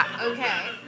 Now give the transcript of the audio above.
Okay